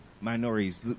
minorities